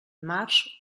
març